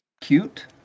cute